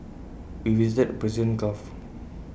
we visited Persian gulf